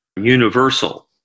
universal